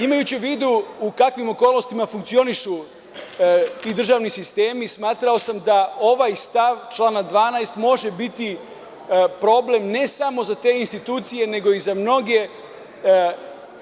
Imajući u vidu u kakvim okolnostima funkcionišu ti državni sistemi, smatrao sam da ovaj stav člana 12. može biti problem, ne samo za te institucije, nego i za mnoge